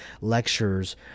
lectures